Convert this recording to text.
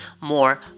more